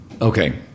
Okay